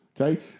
Okay